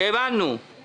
דיברתי עם השר.